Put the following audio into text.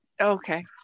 okay